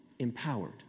Empowered